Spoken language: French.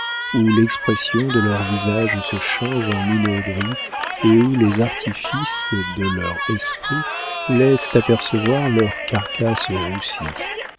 où l'expression de leur visage se change en minauderie et où les artifices de leur esprit laissent apercevoir leurs carcasses roussies